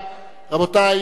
רבותי,